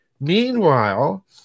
Meanwhile